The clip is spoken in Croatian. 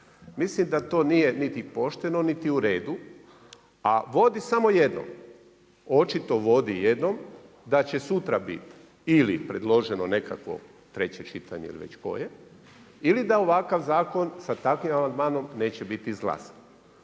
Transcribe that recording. Mislim da to nije niti pošteno niti u redu, a vodi samo jednome. Očito vodi jednom, da će sutra biti ili predloženo nekakvo treće čitanje ili već koje, ili da ovakav zakon sa takvim amandmanom, neće biti izglasan.